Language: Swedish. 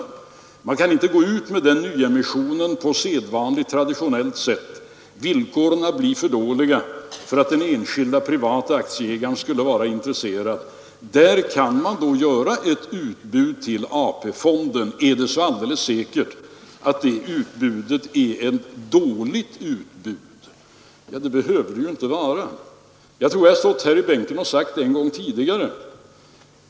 Men man kan inte gå ut med nyemission på sedvanligt traditionellt sätt. Villkoren blir för dåliga för att den enskilde privata aktieägaren skall vara intresserad. Där kan man då göra ett utbud till AP-fonden. Är det då alldeles säkert att det utbudet är ett dåligt utbud? Det behöver det inte vara. Jag tror att jag stått här i bänken och talat om detta en gång tidigare.